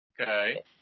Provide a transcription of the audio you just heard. Okay